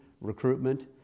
recruitment